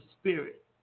spirit